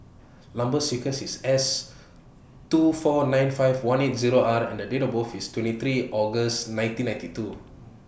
Number sequence IS S two four nine five one eight Zero R and Date of birth IS twenty three August nineteen ninety two